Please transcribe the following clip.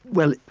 well,